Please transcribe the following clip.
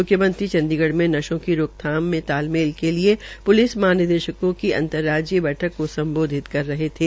म्ख्यमंत्री चंडीगढ़ में नशों की रोकथाम में तालमेन के लिये प्लिस महानिदेशकों की अंतर राज्यीय बैठक की सम्बोधित कर रहे थे